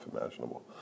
imaginable